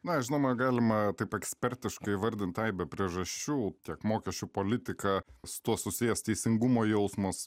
na žinoma galima taip ekspertiškai įvardinti aibę priežasčių tiek mokesčių politika su tuo susijęs teisingumo jausmas